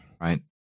right